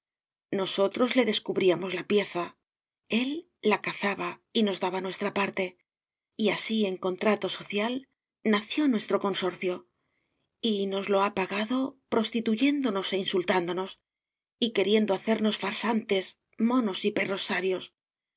nosotros le descubríamos la pieza él la cazaba y nos daba nuestra parte y así en contrato social nació nuestro consorcio y nos lo ha pagado prostituyéndonos e insultándonos y queriendo hacernos farsantes monos y perros sabios